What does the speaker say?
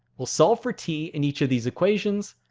we'll solve for t in each of these equations,